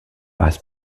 vice